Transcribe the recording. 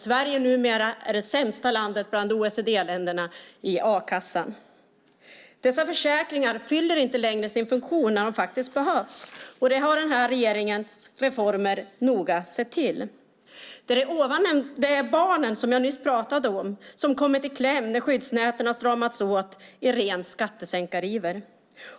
Sverige är numera det sämsta landet bland OECD-länderna vad gäller a-kassa. Dessa försäkringar fyller inte längre sin funktion när de behövs, och det har den här regeringen i sina reformer noga sett till. Det är de barn som jag just pratade om som kommit i kläm när skyddsnäten har stramats åt i ren skattesänkariver.